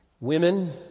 Women